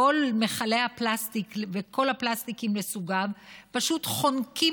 כל מכלי הפלסטיק וכל הפלסטיק לסוגיו פשוט חונקים